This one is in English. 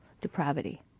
depravity